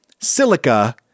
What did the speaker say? Silica